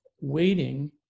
waiting